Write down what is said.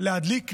להדליק נר,